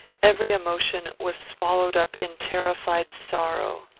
every emotion was swallowed up in terrified sorrow.